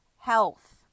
health